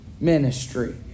ministry